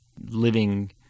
living